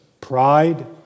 pride